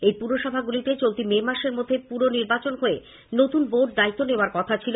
এই পুরসভাগুলিতে চলতি মে মাসের মধ্যে পুরনির্বাচন হয়ে নতুন বোর্ড দায়িত্ব নেওয়ার কথা ছিল